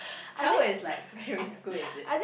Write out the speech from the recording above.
childhood is like primary school is it